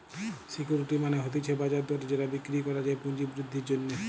security মানে হতিছে বাজার দরে যেটা বিক্রি করা যায় পুঁজি বৃদ্ধির জন্যে